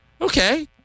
Okay